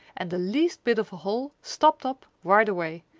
and the least bit of a hole stopped up right away,